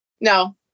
No